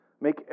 Make